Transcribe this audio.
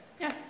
Yes